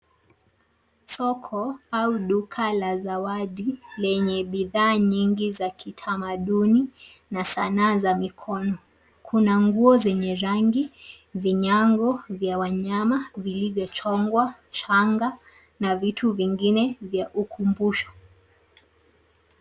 Soko au duka la zawadi lenye bidhaa nyingi za kitamaduni na sanaa za mikono. Kuna nguo zenye rangi, vinyago vya wanyama vilivyochongwa, changa na vitu vingine vya ukumbusho.